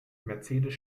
mercedes